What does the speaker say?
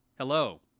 Hello